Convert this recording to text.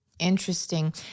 Interesting